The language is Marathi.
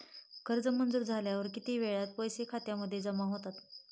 कर्ज मंजूर झाल्यावर किती वेळात पैसे खात्यामध्ये जमा होतात?